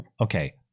okay